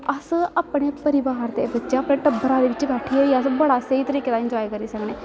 अस अपने परिवार दे बिच्च अपने टब्बरा दे बिच्च बैठियै बी अस बड़े स्हेई तरीके दा इंजाए करी सकने